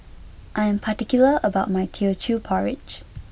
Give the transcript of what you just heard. I'm particular about my Teochew Porridge